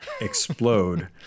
explode